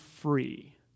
free